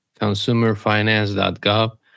ConsumerFinance.gov